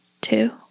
Two